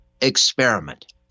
experiment